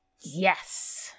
yes